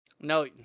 No